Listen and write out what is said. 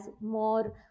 more